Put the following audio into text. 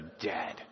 dead